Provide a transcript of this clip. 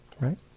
right